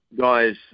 guys